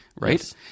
right